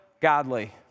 godly